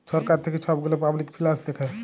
ছরকার থ্যাইকে ছব গুলা পাবলিক ফিল্যাল্স দ্যাখে